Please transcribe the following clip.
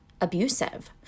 abusive